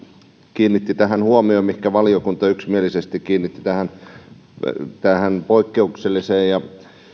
kiinnitti huomiota tähän mihinkä valiokunta yksimielisesti kiinnitti huomiota tähän poikkeukselliseen